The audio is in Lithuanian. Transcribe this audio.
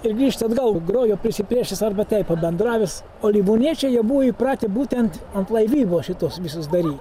ir grįžt atgal grobio prisiplėšęs arba taip pabendravęs o livoniečiai jie buvo įpratę būtent ant laivybos šituos visus dary